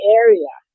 area